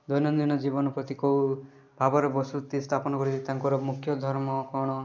ଦୈନନ୍ଦିନ ଜୀବନରେ ପ୍ରତି କେଉଁ ଭାବରେ ବସୁତି ସ୍ଥାପନ କରି ତାଙ୍କର ମୁଖ୍ୟ ଧର୍ମ କ'ଣ